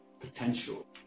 potential